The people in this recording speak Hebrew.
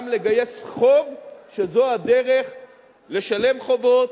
גם לגייס חוב, שזו הדרך לשלם חובות,